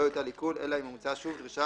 לא יוטל עיקול אלא אם הומצאה שוב דרישה